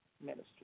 Ministry